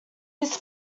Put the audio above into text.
his